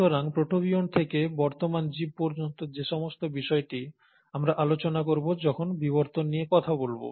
সুতরাং প্রোটোবিয়ন্ট থেকে বর্তমান জীব পর্যন্ত এই সমস্ত বিষয়টি আমরা আলোচনা করব যখন বিবর্তন নিয়ে কথা বলব